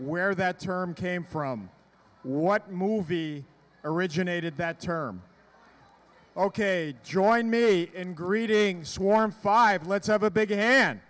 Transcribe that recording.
where that term came from what movie originated that term ok join me in greeting swarm five let's have a big hand